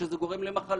שזה גורם למחלות,